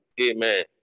Amen